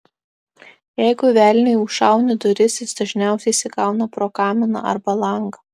jeigu velniui užšauni duris jis dažniausiai įsigauna pro kaminą arba langą